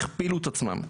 הכפילו את עצמם.